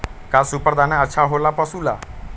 का सुपर दाना अच्छा हो ला पशु ला?